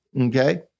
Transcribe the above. Okay